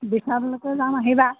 বিশাললৈকে যাম আহিবা